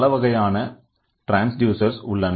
பலவகையான ட்ரான்ஸ்டியூசர் உள்ளன